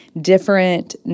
different